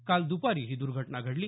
काल द्रपारी ही दुर्घटना घडली